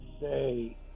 say